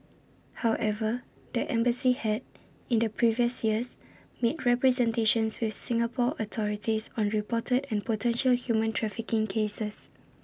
however the embassy had in the previous years made representations with Singapore authorities on reported and potential human trafficking cases